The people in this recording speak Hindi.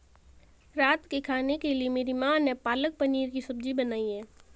रात के खाने के लिए मेरी मां ने पालक पनीर की सब्जी बनाई है